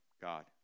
God